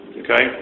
okay